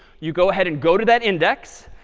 you go ahead and go to that index.